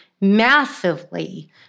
massively